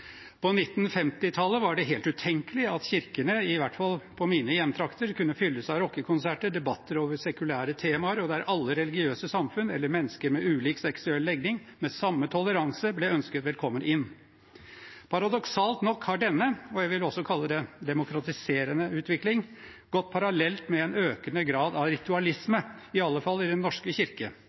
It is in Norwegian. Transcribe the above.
På 1950-tallet var det helt utenkelig at kirkene, i hvert fall på mine hjemtrakter, kunne fylles av rockekonserter og debatter over sekulære temaer, der alle religiøse samfunn eller mennesker med ulik seksuell legning med samme toleranse ble ønsket velkommen inn. Paradoksalt nok har denne – og jeg vil også kalle det en demokratiserende utvikling – gått parallelt med en økende grad av ritualisme, i alle fall i Den norske kirke.